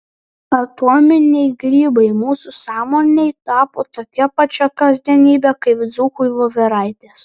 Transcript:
atominiai grybai mūsų sąmonei tapo tokia pačia kasdienybe kaip dzūkui voveraitės